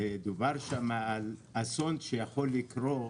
דובר שם על אסון שיכול לקרות,